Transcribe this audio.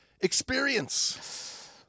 experience